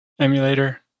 Emulator